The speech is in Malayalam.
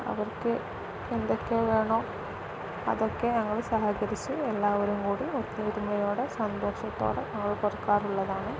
അവർക്ക് എന്തൊക്കെ വേണോ അതൊക്കെ ഞങ്ങൾ സഹകരിച്ചു എല്ലാവരും കൂടി ഒത്തിരുമയോടെ സന്തോഷത്തോടെ ഞങ്ങൾ കൊടുക്കാറുള്ളതാണ്